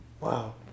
Wow